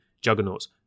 juggernauts